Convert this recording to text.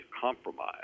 compromise